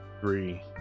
Three